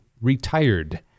retired